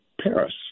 Paris